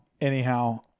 Anyhow